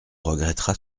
regretta